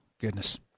goodness